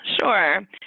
Sure